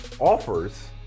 offers